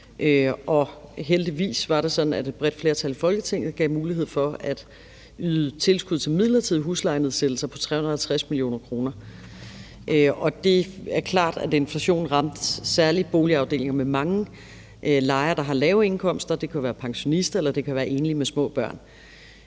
Heldigvis var det sådan, at et bredt flertal i Folketinget gav mulighed for at yde tilskud til midlertidige huslejenedsættelser på 350 mio. kr. Det er klart, at inflationen særlig ramte boligafdelinger med mange lejere, der har lave indkomster. Det kan jo være pensionister, eller det kan være enlige med små børn.